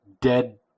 dead